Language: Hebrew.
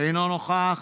אינו נוכח.